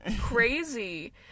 crazy